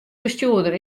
bestjoerder